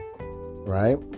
right